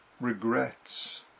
regrets